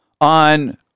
on